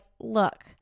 look